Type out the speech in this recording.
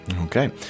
Okay